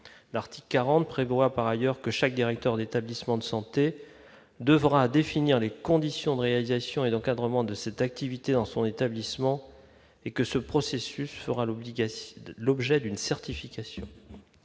l'article 40 prévoit par ailleurs que chaque directeur d'établissement de santé devra définir les conditions de réalisation et d'encadrement de cette activité dans son établissement et que ce processus aura l'obligation de l'objet d'une certification